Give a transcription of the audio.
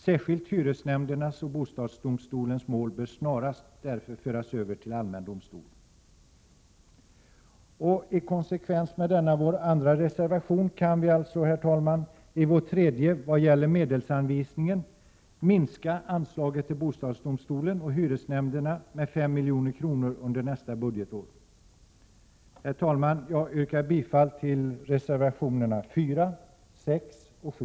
Särskilt hyresnämndernas och bostadsdomstolarnas mål bör därför snarast föras över till allmän domstol. I konsekvens med denna vår andra reservation kan vi alltså, herr talman, i vår tredje reservation i vad gäller medelsanvisningen, minska anslaget till bostadsdomstolen och hyresnämnderna med 5 milj.kr. under nästa budgetår. Herr talman! Jag yrkar bifall till reservationerna 4, 6 och 7.